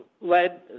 led